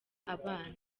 abana